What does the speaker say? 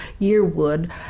Yearwood